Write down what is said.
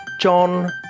john